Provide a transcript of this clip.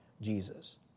Jesus